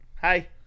Hi